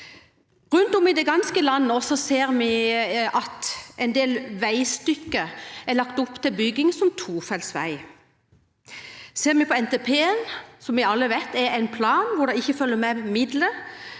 Rundt om i det ganske land ser vi at en del veistykker er lagt opp til bygging som tofeltsvei. Ser vi på NTP, som vi alle vet er en plan hvor det ikke følger med midler,